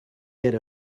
get